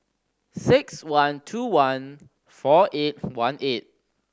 six one two one four eight one eight